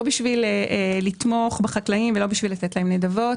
לא בשביל לתמוך בחקלאים או בשביל לתת להם נדבות